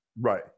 Right